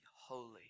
holy